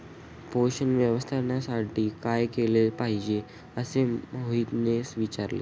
पोषण व्यवस्थापनासाठी काय केले पाहिजे असे मोहितने विचारले?